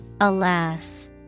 alas